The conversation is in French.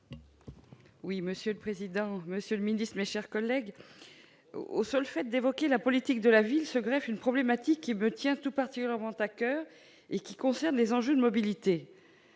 Monsieur le président, monsieur le ministre, mes chers collègues, dès que l'on évoque la politique de la ville apparaît une problématique qui me tient tout particulièrement à coeur et qui concerne les enjeux de mobilité.